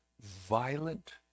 violent